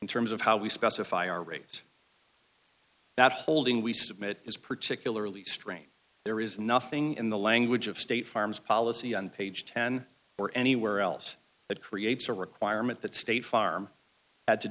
in terms of how we specify our rates that holding we submit is particularly strange there is nothing in the language of state farm's policy on page ten or anywhere else that creates a requirement that state farm had to